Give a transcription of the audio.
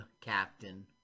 captain